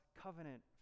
covenant